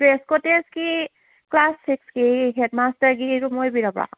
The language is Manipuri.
ꯒ꯭ꯔꯦꯁ ꯀꯣꯠꯇꯦꯖꯀꯤ ꯀ꯭ꯂꯥꯁ ꯁꯤꯛꯁꯀꯤ ꯍꯦꯠ ꯃꯁꯇꯔꯒꯤ ꯔꯨꯝ ꯑꯣꯏꯕꯤꯔꯕ꯭ꯔꯣ